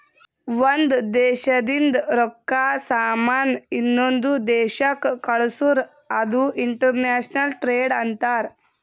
ಒಂದ್ ದೇಶದಿಂದ್ ರೊಕ್ಕಾ, ಸಾಮಾನ್ ಇನ್ನೊಂದು ದೇಶಕ್ ಕಳ್ಸುರ್ ಅದು ಇಂಟರ್ನ್ಯಾಷನಲ್ ಟ್ರೇಡ್ ಅಂತಾರ್